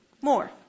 more